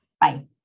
Bye